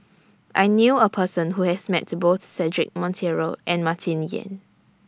I knew A Person Who has Met Both Cedric Monteiro and Martin Yan